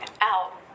out